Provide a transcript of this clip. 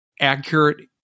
accurate